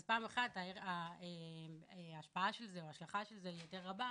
אז פעם אחת ההשפעה של זה או ההשלכה של זה יותר רבה,